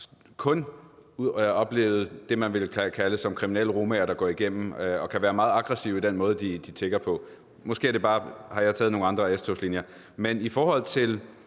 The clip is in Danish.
kun oplevet det, man ville kalde kriminelle romaer, der går igennem togene og kan være meget aggressive i den måde, de tigger på. Men måske har jeg som sagt bare taget nogle andre S-togslinjer.